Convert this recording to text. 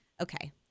Okay